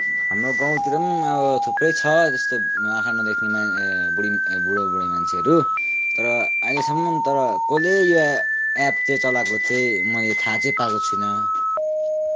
हाम्रो गाउँतिर पनि अब थुप्रै छ त्यस्ता आँखा नदेख्ने बुढो बुढाबुढी मान्छेहरू तर अहिलेसम्म तर कसैले यो एप चाहिँ चलाएको चाहिँ मैले थाहा पाएको छुइनँ